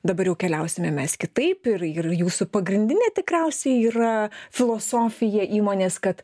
dabar jau keliausime mes kitaip ir ir jūsų pagrindinė tikriausiai yra filosofija įmonės kad